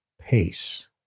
pace